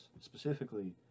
specifically